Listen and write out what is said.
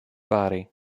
body